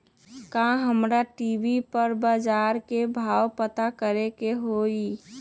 का हमरा टी.वी पर बजार के भाव पता करे के होई?